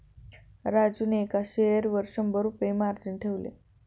राजूने एका शेअरवर शंभर रुपये मार्जिन ठेवले